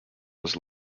was